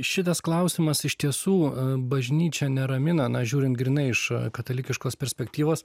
šitas klausimas iš tiesų bažnyčią neramina na žiūrint grynai iš katalikiškos perspektyvos